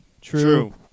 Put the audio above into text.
True